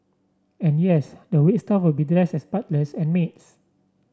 and yes the wait staff will be dressed as butlers and maids